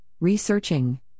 researching